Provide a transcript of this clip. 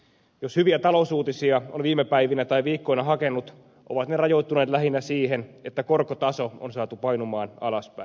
jos hyviä talousuutisia on viime päivinä tai viikkoina hakenut ovat ne rajoittuneet lähinnä siihen että korkotaso on saatu painumaan alaspäin